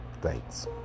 Thanks